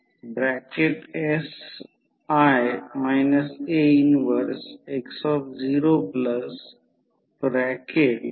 तर त्या प्रकरणात काय होईल जेव्हा जेव्हा लेंझ लॉनुसारlenzs law असे म्हणाल तेव्हा लेंझ लॉनुसारLenzs law माहित असेल की प्रायमरी वायडींग साठी ते E1 N1 d ∅ dt आहे